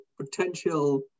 potential